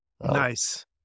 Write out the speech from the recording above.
nice